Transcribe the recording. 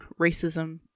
racism